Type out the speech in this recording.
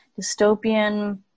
dystopian